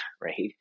Right